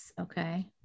Okay